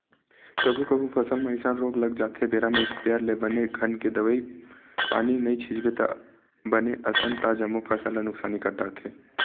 कभू कभू फसल म अइसन रोग लग जाथे बेरा म इस्पेयर ले बने घन के दवई पानी नइ छितबे बने असन ता जम्मो फसल ल नुकसानी कर डरथे